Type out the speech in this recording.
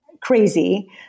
crazy